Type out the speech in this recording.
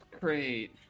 great